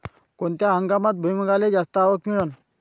कोनत्या हंगामात भुईमुंगाले जास्त आवक मिळन?